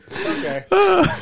Okay